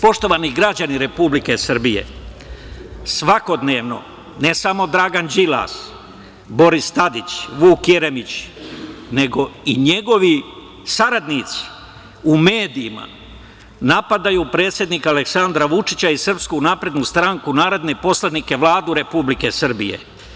Poštovani građani Republike Srbije, svakodnevno, ne samo Dragan Đilas, Boris Tadić, Vuk Jeremić, nego i njegovi saradnici u medijima napadaju predsednika Aleksandra Vučića i SNS, narodne poslanike, Vladu Republike Srbije.